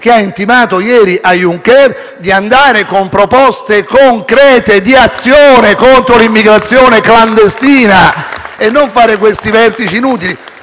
che ha intimato ieri a Junker di andare con proposte concrete di azione contro l'immigrazione clandestina, e non fare questi vertici inutili,